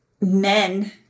men